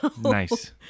Nice